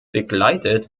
begleitet